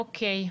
אוקיי,